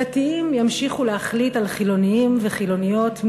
דתיים ימשיכו להחליט על חילונים וחילוניות,